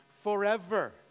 forever